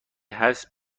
هست